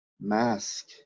mask